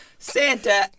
Santa